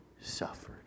suffered